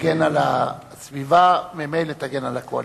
תגן על הסביבה, ממילא תגן על הקואליציה.